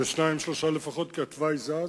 זה שניים-שלושה לפחות, כי התוואי זז,